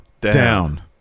down